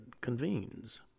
convenes